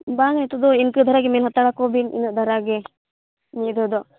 ᱵᱟᱝ ᱱᱤᱛᱚᱜ ᱫᱚ ᱤᱱᱠᱟᱹ ᱫᱷᱟᱨᱟ ᱜᱮ ᱢᱮᱱ ᱦᱟᱛᱟᱲ ᱟᱠᱚ ᱵᱤᱱ ᱤᱱᱟᱹᱜ ᱫᱷᱟᱨᱟ ᱜᱮ ᱱᱤᱭᱟᱹ ᱫᱷᱟᱣ ᱫᱚ